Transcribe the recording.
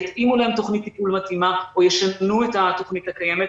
יתאימו להם תוכנית טיפול מתאימה או ישנו את התוכנית הקיימת,